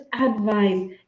advice